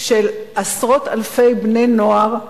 של עשרות אלפי בני-נוער.